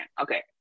Okay